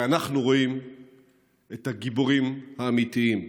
ואנחנו רואים את הגיבורים האמיתיים,